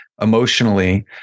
emotionally